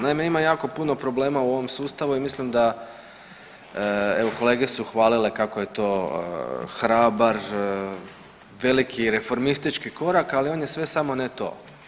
Naime, ima jako puno problema u ovom sustavu i mislim da evo kolege su hvalile kako je to hrabar, veliki reformistički korak, ali on je sve samo ne to.